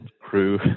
crew